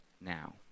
now